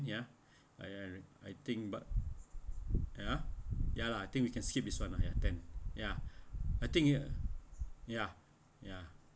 ya I I I think but ya ya lah I think we can skip this [one] ah ya ten ya I think ya ya ya